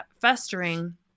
festering